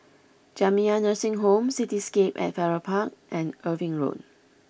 Jamiyah Nursing Home Cityscape at Farrer Park and Irving Road